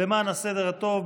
למען הסדר הטוב,